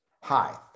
hi